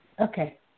Okay